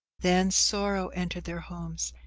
then sorrow entered their homes,